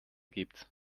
gibt